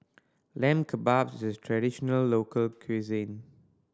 Lamb Kebabs is a traditional local cuisine